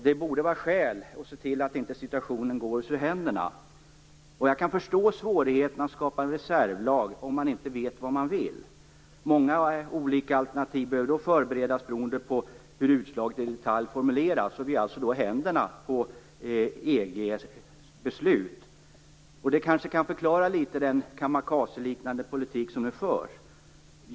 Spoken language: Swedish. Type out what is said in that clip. Det borde vara skäl att se till att situationen inte går oss ur händerna. Jag kan förstå svårigheten med att skapa en reservlag om man inte vet vad man vill. Många olika alternativ behöver då förberedas beroende på hur utslaget i detalj formuleras. Och vi är alltså i händerna på EG:s beslut. Det kanske kan förklara litet av den kamikazeliknande politik som nu förs.